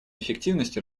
эффективности